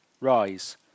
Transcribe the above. rise